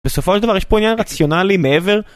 בסופו של דבר יש פה עניין רציונלי מעבר